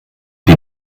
die